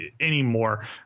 anymore